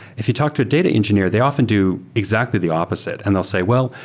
if you talk to a data engineer, they often do exactly the opposite and they'll say, well,